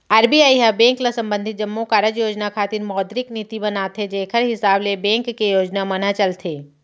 RBI ह bank ल संबंधित जम्मो कारज योजना खातिर मौद्रिक नीति बनाथे जेखर हिसाब ले बेंक के योजना मन ह चलथे